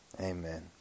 Amen